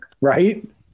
right